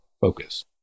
focus